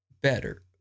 better